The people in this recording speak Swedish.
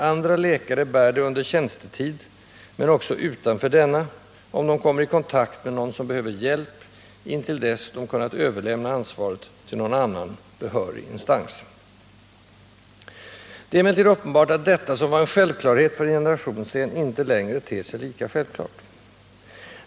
Andra läkare bär det under tjänstetid, men också utanför denna, om de kommer i kontakt med någon som behöver hjälp, intill dess de kunnat överlämna ansvaret till någon annan behörig instans. Det är emellertid uppenbart att detta, som var en självklarhet för en generation sedan, inte längre ter sig lika självklart.